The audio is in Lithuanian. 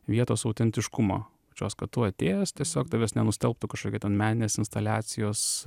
vietos autentiškumo šios kad tu atėjęs tiesiog tavęs nenustelbtų kažkokie ten meninės instaliacijos